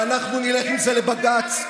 ואנחנו נלך עם זה לבג"ץ,